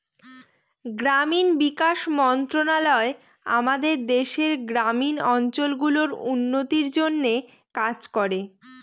গ্রামীণ বিকাশ মন্ত্রণালয় আমাদের দেশের গ্রামীণ অঞ্চল গুলার উন্নতির জন্যে কাজ করে